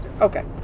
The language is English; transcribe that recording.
Okay